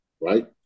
right